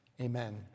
amen